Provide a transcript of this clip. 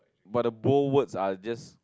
but the bold words are just